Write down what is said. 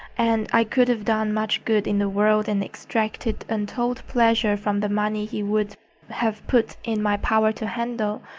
and i could have done much good in the world and extracted untold pleasure from the money he would have put in my power to handle.